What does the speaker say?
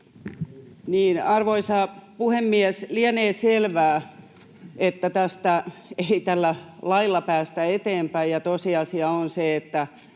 Arvoisa puhemies! Lienee selvää, että tästä ei tällä lailla päästä eteenpäin. Ja tosiasia on se, että